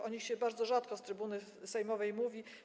O nich się bardzo rzadko z trybuny sejmowej mówi.